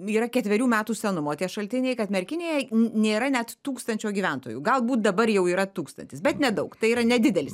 yra ketverių metų senumo tie šaltiniai kad merkinėje nėra net tūkstančio gyventojų galbūt dabar jau yra tūkstantis bet nedaug tai yra nedidelis